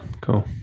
Cool